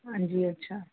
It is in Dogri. हां जी अच्छा